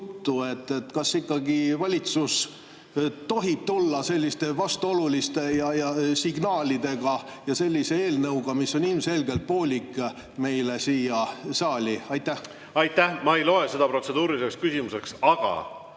Kas ikkagi valitsus tohib tulla selliste vastuoluliste signaalidega ja sellise eelnõuga, mis on ilmselgelt poolik, meile siia saali? Aitäh! Ma ei loe seda protseduuriliseks küsimuseks, aga